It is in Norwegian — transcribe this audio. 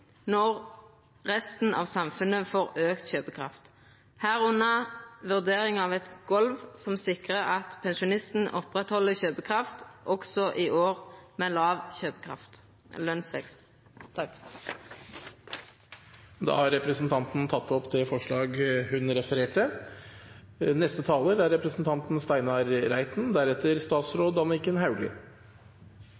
når resten av samfunnet får økt kjøpekraft, herunder vurdering av et gulv som sikrer at pensjonistene opprettholder kjøpekraft også i år med lav lønnsvekst.» Da har representanten Solfrid Lerbrekk tatt opp det forslaget hun refererte.